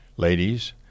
Ladies